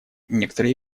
некоторые